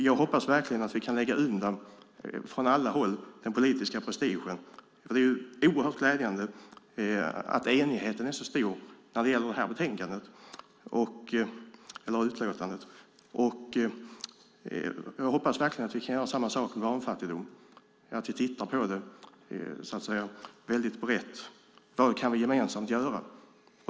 Jag hoppas verkligen att vi från alla politiska håll kan lägga undan den politiska prestigen. Det är mycket glädjande att enigheten är stor om utlåtandet. Jag hoppas att det blir samma sak när det gäller barnfattigdomen och att vi tittar på den väldigt brett: Vad kan vi gemensamt göra?